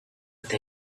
with